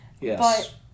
yes